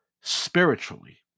spiritually